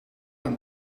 aan